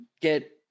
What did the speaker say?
get